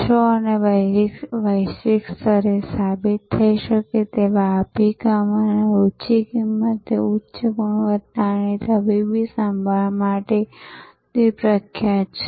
દેશો અને વૈશ્વિક સ્તરે સાબિત થઈ શકે તેવા અભિગમ અને ઓછી કિંમતે ઉચ્ચ ગુણવત્તાની તબીબી સંભાળ માટે તે પ્રખ્યાત છે